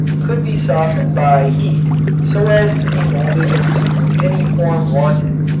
could be softened by heat so as to be molded into any form wanted.